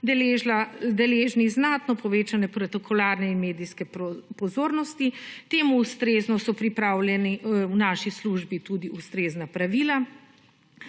deležni znatno povečane protokolarne in medijske pozornosti, temu ustrezno so pripravljeni v naši službi tudi ustrezna pravila.